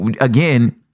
again